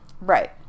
right